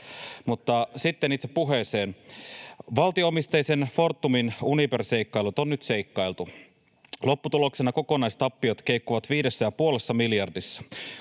Mutta sitten itse puheeseen. Valtio-omisteisen Fortumin Uniper-seikkailut on nyt seikkailtu. Lopputuloksena kokonaistappiot keikkuvat viidessä ja puolessa miljardissa.